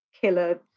killer